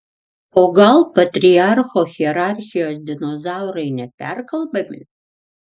o gal patriarcho hierarchijos dinozaurai neperkalbami